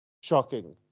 shocking